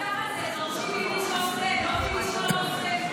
אבל ככה זה, דורשים ממי שעושה, לא ממי שלא עושה.